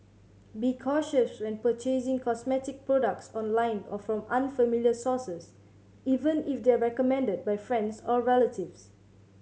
be cautious when purchasing cosmetic products online or from unfamiliar sources even if they are recommended by friends or relatives